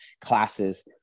classes